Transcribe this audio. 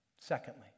Secondly